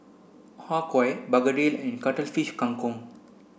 Har Kow Begedil and Cuttlefish Kang Kong